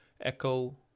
Echo